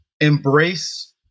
embrace